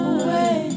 away